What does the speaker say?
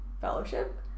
Fellowship